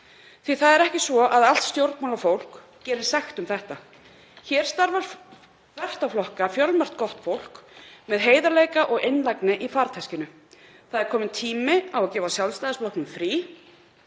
Það er ekki svo að allt stjórnmálafólk gerist sekt um þetta. Hér starfar þvert á flokka fjölmargt gott fólk með heiðarleika og einlægni í farteskinu. Það er kominn tími á að gefa Sjálfstæðisflokknum frí